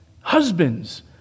husbands